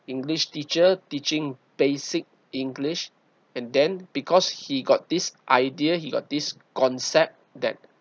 english teacher teaching basic english and then because he got this idea he got this concept that